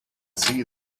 see